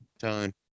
time